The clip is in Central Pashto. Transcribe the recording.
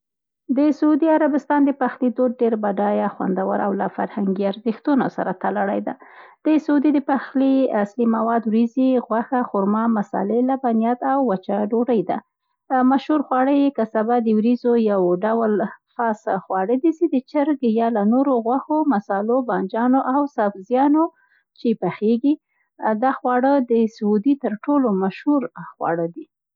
د سعودي عربستان د پخلي دود ډېر بډایه، خوندور او له فرهنګي ارزښتونو سره تړلی دی. د سعودي د پخلي اصلي مواد وریځې، غوښه، خرما، مصالې، لبنیات او وچه ډوډۍ ده. مشهور خواړه یې کبسه د وريجو یو ډول خاص خواړه دي، سي د چرګ یا له نورو غوښو، مصالو، بانجانو او سبزیانو چې پخېږي. دا خواړه د سعودي تر ټولو مشهور خواړه دي.